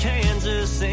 Kansas